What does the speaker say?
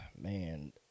Man